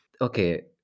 Okay